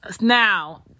Now